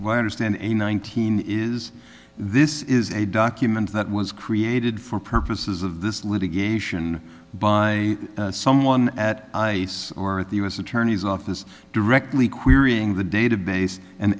why understand a nineteen is this is a document that was created for purposes of this litigation by someone at i or at the u s attorney's office directly querying the database and